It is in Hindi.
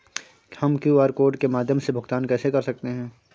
हम क्यू.आर कोड के माध्यम से भुगतान कैसे कर सकते हैं?